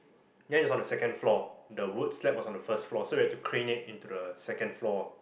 then it's on the second floor the wood slab was on the first floor so we called to crane it into the second floor